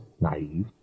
naive